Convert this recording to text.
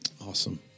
Awesome